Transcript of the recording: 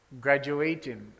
graduating